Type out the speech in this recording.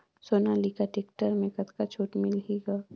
Sonalika tractor म कतका छूट मिलही ग?